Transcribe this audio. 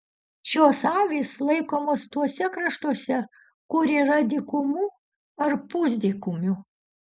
šios avys laikomos tuose kraštuose kur yra dykumų ar pusdykumių